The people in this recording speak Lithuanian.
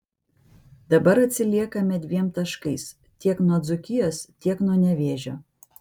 dabar atsiliekame dviem taškais tiek nuo dzūkijos tiek nuo nevėžio